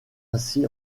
ainsi